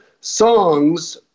songs